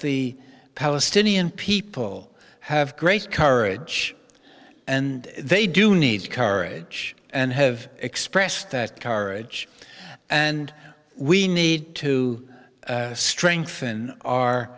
the palestinian people have great courage and they do need courage and have expressed that courage and we need to strengthen our